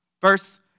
Verse